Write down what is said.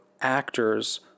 actors